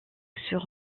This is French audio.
sur